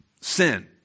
sin